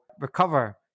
recover